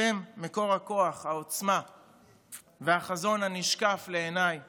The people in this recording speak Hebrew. אתם מקור הכוח, העוצמה והחזון הנשקף לעיניי